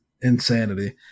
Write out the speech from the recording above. insanity